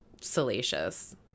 salacious